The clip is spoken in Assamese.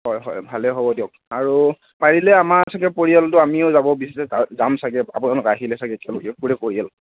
হয় হয় ভালে হ'ব দিয়ক আৰু পাৰিলে আমাৰ চাগে পৰিয়ালটো আমিও যাব বিচাৰিম আৰু যাম চাগে আপোনালোক আহিলে চাগে একেলগে গোটেই পৰিয়াল